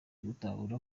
gutahura